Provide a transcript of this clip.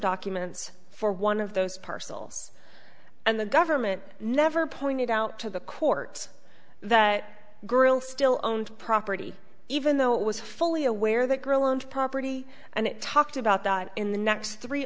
documents for one of those parcels and the government never pointed out to the courts that girl still owned property even though it was fully aware that girl and property and it talked about that in the next three